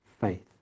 faith